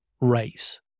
race